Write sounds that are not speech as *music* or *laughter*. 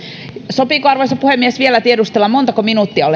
sopiiko arvoisa puhemies vielä tiedustella montako minuuttia *unintelligible*